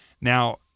now